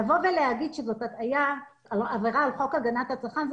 לבוא ולומר שזאת עבירה על חוק הגנת הצרכן,